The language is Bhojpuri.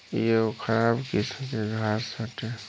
इ एगो खराब किस्म के घास हटे